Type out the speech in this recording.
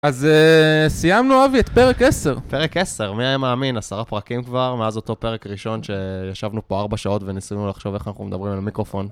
אז סיימנו, אבי, את פרק 10. פרק 10, מי היה מאמין? עשרה פרקים כבר מאז אותו פרק ראשון, שישבנו פה 4 שעות וניסינו לחשוב איך אנחנו מדברים אל המיקרופון.